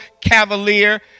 cavalier